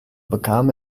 bekam